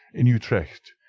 in utrecht,